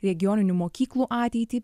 regioninių mokyklų ateitį